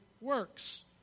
works